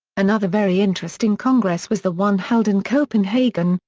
another very interesting congress was the one held in copenhagen,